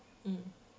mm